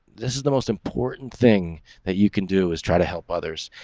this is the most important thing that you can do is try to help others.